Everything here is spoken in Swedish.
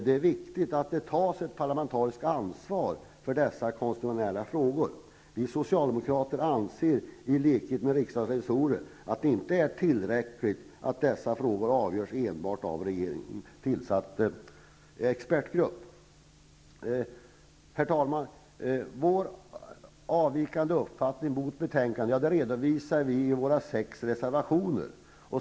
Det är viktigt att det tas ett parlamentariskt ansvar i konstitutionella frågor. Vi socialdemokrater anser i likhet med riksdagens revisorer att det inte är tillräckligt att dessa frågor avgörs enbart av en av regeringen tillsatt expertgrupp. Herr talman! Vår avvikande uppfattning gentemot betänkandet redovisar vi i våra sex reservationer.